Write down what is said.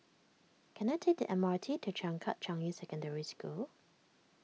can I take the M R T to Changkat Changi Secondary School